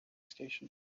station